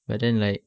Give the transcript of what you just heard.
but then like